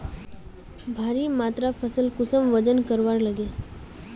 भारी मात्रा फसल कुंसम वजन करवार लगे?